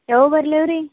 ಯಾವಾಗ ಬರ್ಲ್ಯಾವು ರೀ